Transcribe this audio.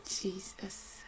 Jesus